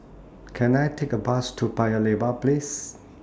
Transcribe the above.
Can I Take A Bus to Paya Lebar Place